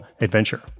adventure